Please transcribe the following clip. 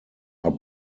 are